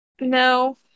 No